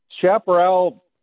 chaparral